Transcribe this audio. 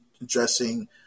addressing